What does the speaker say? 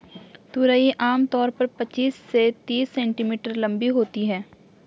तुरई आम तौर पर पचीस से तीस सेंटीमीटर लम्बी होती है